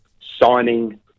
signing